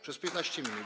Przez 15 minut.